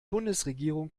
bundesregierung